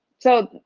so,